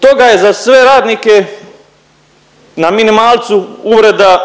toga je za sve radnike na minimalcu uvreda